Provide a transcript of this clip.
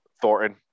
Thornton